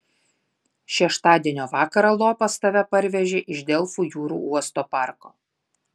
šeštadienio vakarą lopas tave parvežė iš delfų jūrų uosto parko